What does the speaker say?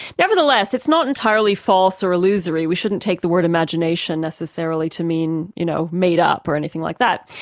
nevertheless, it's not entirely false or illusory, we shouldn't take the word imagination necessarily to mean you know made up, up, or anything like that.